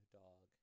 dog